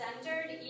centered